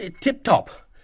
Tip-top